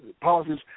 policies